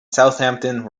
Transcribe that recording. southampton